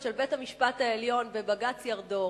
של בית-המשפט העליון בבג"ץ ירדור,